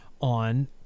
on